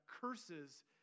curses